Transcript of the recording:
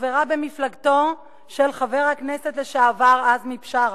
חברה במפלגתו של חבר הכנסת לשעבר עזמי בשארה,